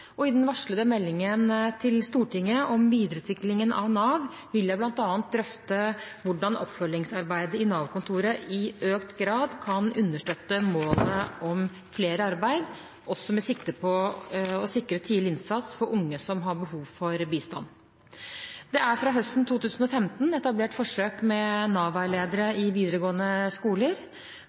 og i den varslede meldingen til Stortinget om videreutviklingen av Nav vil jeg bl.a. drøfte hvordan oppfølgingsarbeidet i Nav-kontoret i økt grad kan understøtte målet om flere i arbeid, også med sikte på å sikre tidlig innsats for unge som har behov for bistand. Det er fra høsten 2015 etablert forsøk med Nav-veiledere i videregående skoler.